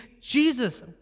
Jesus